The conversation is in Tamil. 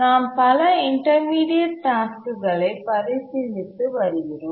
நாம் பல இன்டர்மீடியட் டாஸ்க் களை பரிசீலித்து வருகிறோம்